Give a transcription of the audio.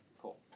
Cool